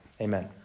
Amen